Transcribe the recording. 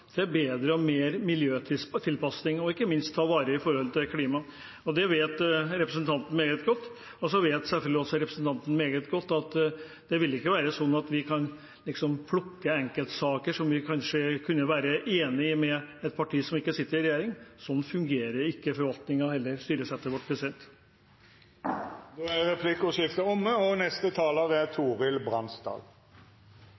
for bedre og mer miljømessig tilpasning, for ikke minst å ta vare på klimaet. Det vet representanten meget godt. Så vet selvfølgelig representanten meget godt at det vil ikke være slik at vi kan plukke enkeltsaker der vi ser at det kunne vært enighet med et parti som ikke sitter i regjering. Slik fungerer ikke forvaltningen eller styresettet vårt. Replikkordskiftet er omme. Det er